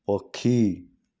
ପକ୍ଷୀ